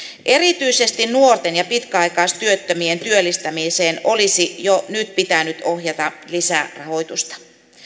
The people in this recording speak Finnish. erityisesti nuorten ja pitkäaikaistyöttömien työllistämiseen olisi jo nyt pitänyt ohjata lisärahoitusta